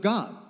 God